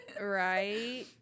Right